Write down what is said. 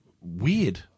weird